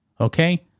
okay